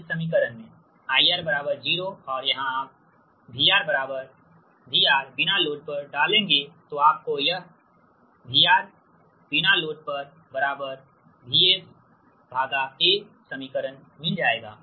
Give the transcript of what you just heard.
इस समीकरण मेंIR 0 और यहां आप VR VRNLबिना लोड पर डालेंगे तो आपको यहVRNL VSA समीकरण मिल जाएगा